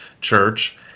church